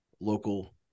local